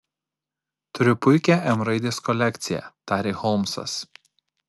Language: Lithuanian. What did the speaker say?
turiu puikią m raidės kolekciją tarė holmsas